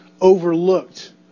overlooked